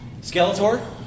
Skeletor